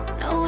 no